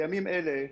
בימים אלה,